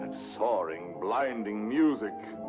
and soaring, blinding music.